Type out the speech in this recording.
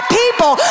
people